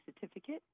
certificate